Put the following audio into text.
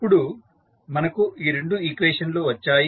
ఇప్పుడు మనకు ఈ రెండు ఈక్వేషన్ లు వచ్చాయి